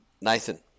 Nathan